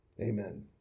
amen